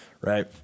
right